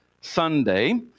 Sunday